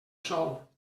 sol